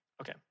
okay